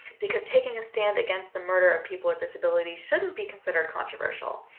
because taking a stand against the murder of people with disabilities shouldn't be considered controversy.